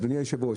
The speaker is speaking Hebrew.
אדוני היושב ראש,